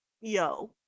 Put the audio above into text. yo